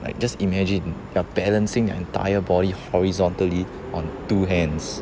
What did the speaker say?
like just imagine you're balancing your entire body horizontally on two hands